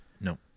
No